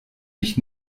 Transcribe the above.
mich